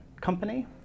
company